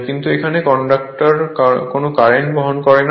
কিন্তু এখানে কন্ডাক্টর কোন কারেন্ট বহন করে না